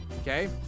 Okay